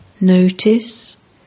Notice